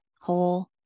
whole